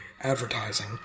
advertising